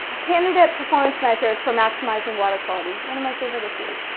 candidate performance measures for maximizing water quality. one of my favorite issues.